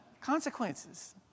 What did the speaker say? Consequences